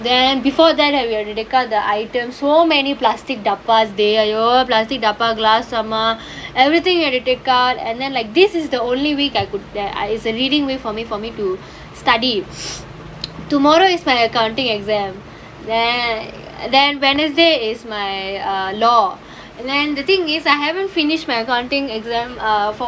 then before that we have to take out the items so many plastic dappa !aiyo! plastic dappa glass saaman everything you have to take out and then like this is the only week I could is a new week for me to study tomorrow is my accounting exam then then wednesday is my err law and then the thing is I haven't finish my accounting exam err